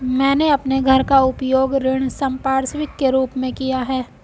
मैंने अपने घर का उपयोग ऋण संपार्श्विक के रूप में किया है